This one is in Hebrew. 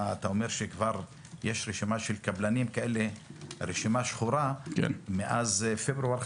אתה אומר שיש כבר רשימה שחורה של קבלנים כאלה מאז פברואר.